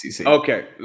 Okay